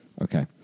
Okay